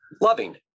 loving